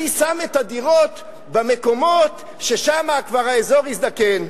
אני שם את הדירות במקומות, שהאזור שם כבר הזדקן.